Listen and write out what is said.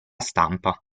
stampa